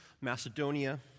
Macedonia